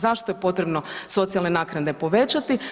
Zašto je potrebno socijalne naknade povećati?